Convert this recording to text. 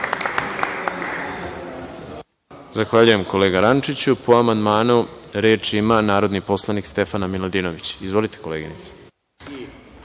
Zahvaljujem kolega Rančiću. Po amandmanu reč ima narodni poslanik Stefana Miladinović. Izvolite, koleginice.